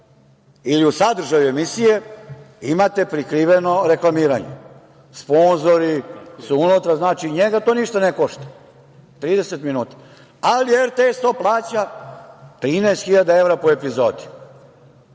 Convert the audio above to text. ili u sadržaju emisije imate prikriveno reklamiranje, sponzori su unutra i njega to ništa ne košta. Trideset minuta, ali RTS to plaća 13000 evra po epizodi,